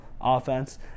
offense